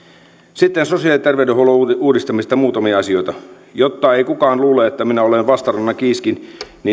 sitten sosiaali ja terveydenhuollon uudistamisesta muutamia asioita jotta ei kukaan luule että olen vastarannan kiiski